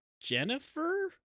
Jennifer